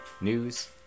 news